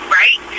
right